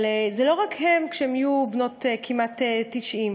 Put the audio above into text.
אבל זה לא רק הן כשהן יהיו בנות כמעט 90,